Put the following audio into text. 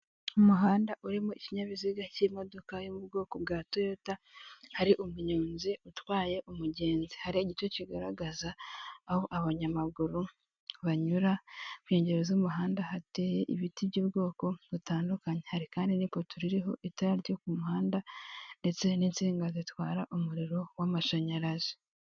Umuhanda urimo ikinyabiziga cy'imodoka yo mu bwoko bwa toyota, hari umunyonzi utwaye umugenzi, hari igice kigaragaza aho abanyamaguru banyura, ku inkengero z'umuhanda hateye ibiti by'ubwoko butandukanye, hari kandi ni ipoto ririho itara ryo ku muhanda ndetse n'intsinga zitwara umuriro w'amashanyarazi.